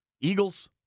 Eagles